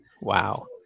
wow